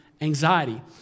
anxiety